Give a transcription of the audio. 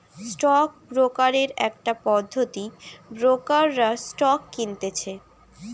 stock brokerage একটা পদ্ধতি ব্রোকাররা স্টক কিনতেছে